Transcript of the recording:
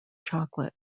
chocolate